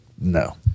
no